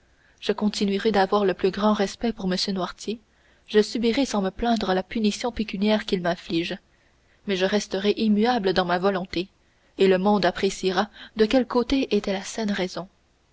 je continuerai d'avoir le plus grand respect pour m noirtier je subirai sans me plaindre la punition pécuniaire qu'il m'inflige mais je resterai immuable dans ma volonté et le monde appréciera de quel côté était la saine raison